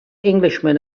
englishman